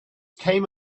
came